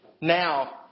now